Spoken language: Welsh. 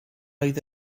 oedd